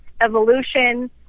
evolution